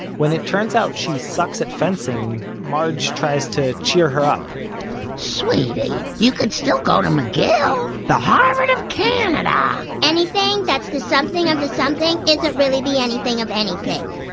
when it turns out she sucks at fencing, marge tries to cheer her up sweetie, you could still go to mcgill, the harvard of canada ah anything that's the something of the something isn't really the anything of anything